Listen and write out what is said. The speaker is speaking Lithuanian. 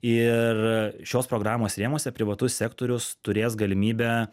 ir šios programos rėmuose privatus sektorius turės galimybę